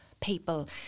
people